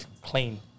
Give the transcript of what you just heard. clean